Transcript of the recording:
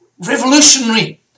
revolutionary